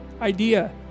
idea